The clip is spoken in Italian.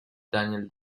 daniel